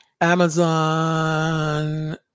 Amazon